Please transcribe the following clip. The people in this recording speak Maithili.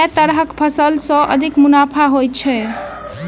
केँ तरहक फसल सऽ अधिक मुनाफा होइ छै?